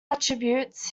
attributes